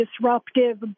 disruptive